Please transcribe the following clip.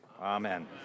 Amen